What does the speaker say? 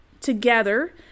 Together